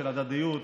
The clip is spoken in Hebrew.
של הדדיות,